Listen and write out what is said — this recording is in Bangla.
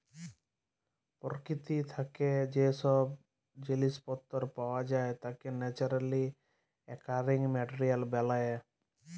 পরকিতি থ্যাকে যে জিলিস পত্তর পাওয়া যায় তাকে ন্যাচারালি অকারিং মেটেরিয়াল ব্যলে